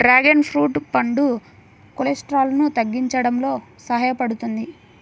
dragon fruit పండు కొలెస్ట్రాల్ను తగ్గించడంలో సహాయపడుతుంది